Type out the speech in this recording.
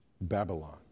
Babylon